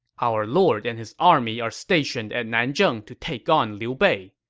our lord and his army are stationed at nanzheng to take on liu bei,